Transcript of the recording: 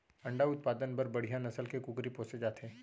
अंडा उत्पादन बर बड़िहा नसल के कुकरी पोसे जाथे